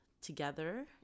together